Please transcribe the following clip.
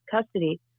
custody